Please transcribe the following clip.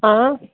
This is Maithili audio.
हँ